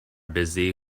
busy